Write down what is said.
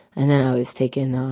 and then i was taken